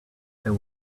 there